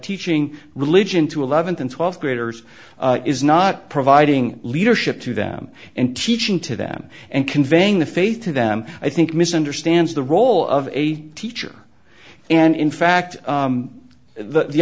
teaching religion to eleventh and twelfth graders is not providing leadership to them and teaching to them and conveying the faith to them i think misunderstands the role of a teacher and in fact the